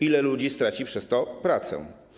Ilu ludzi straci przez to pracę?